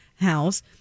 house